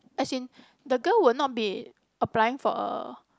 as in the girl will not be applying for a